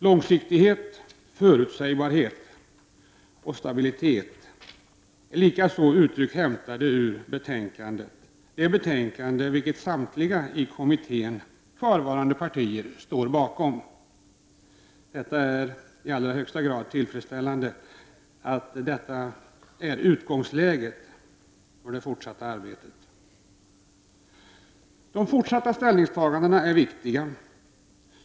Långsiktighet, förutsägbarhet och stabilitet är likaså uttryck, närmast av stentavlekaraktär, hämtade ur det betänkande som samtliga i kommittén kvarvarande partier står bakom. Det är i allra högsta grad tillfredsställande att detta är utgångläget för det fortsatta arbetet. De fortsatta ställningstagandena är viktiga.